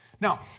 Now